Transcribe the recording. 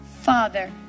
Father